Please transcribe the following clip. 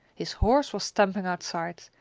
his horse was stamping outside.